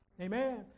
amen